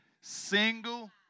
single